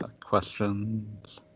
questions